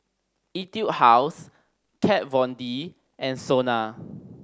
Etude House Kat Von D and SONA